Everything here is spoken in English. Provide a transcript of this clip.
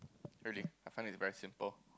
really I find it's very simple